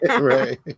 Right